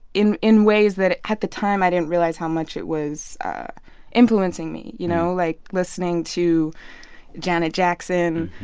in in ways that, at the time, i didn't realize how much it was influencing me you know? like listening to janet jackson,